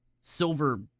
silver